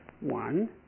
one